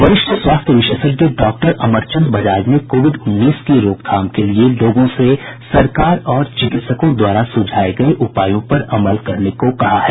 वरिष्ठ स्वास्थ्य विशेषज्ञ डॉक्टर अमरचंद बजाज ने कोविड उन्नीस की रोकथाम के लिए लोगों से सरकार और चिकित्सकों द्वारा सुझाए गये उपायों पर अमल करने को कहा है